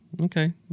Okay